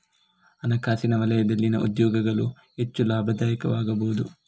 ಹಣಕಾಸಿನ ವಲಯದಲ್ಲಿನ ಉದ್ಯೋಗಗಳು ಹೆಚ್ಚು ಲಾಭದಾಯಕವಾಗಬಹುದು